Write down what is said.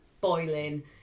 boiling